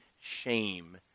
shame